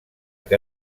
que